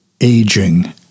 aging